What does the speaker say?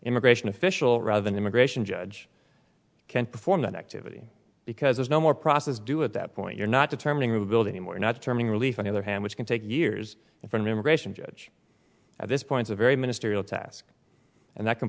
immigration official rather than immigration judge can perform that activity because there's no more process do at that point you're not determining rebuilding we're not turning relief on the other hand which can take years for an immigration judge at this point a very ministerial task and that c